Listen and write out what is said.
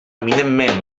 eminentment